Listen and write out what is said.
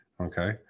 Okay